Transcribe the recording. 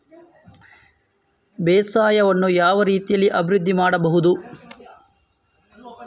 ಬೇಸಾಯವನ್ನು ಯಾವ ರೀತಿಯಲ್ಲಿ ಅಭಿವೃದ್ಧಿ ಮಾಡಬಹುದು?